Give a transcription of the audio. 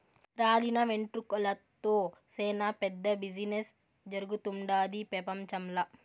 రాలిన వెంట్రుకలతో సేనా పెద్ద బిజినెస్ జరుగుతుండాది పెపంచంల